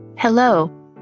Hello